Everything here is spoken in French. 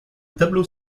tableau